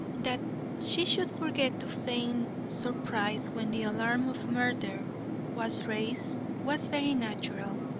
that she should forget to feign surprise when the alarm of murder was raised was very natural,